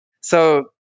So-